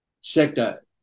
sector